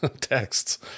texts